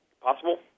Possible